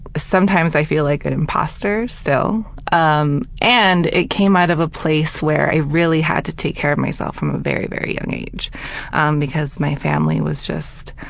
sometimes i feel like an imposter still, um and it came out of a place where i really had to take care of myself from a very very young age and because my family was just,